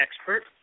expert